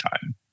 time